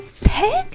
Pig